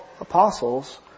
apostles